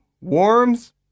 Worms